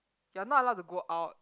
you're not allowed to go out